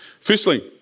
Firstly